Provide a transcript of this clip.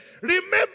Remember